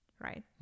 right